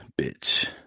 bitch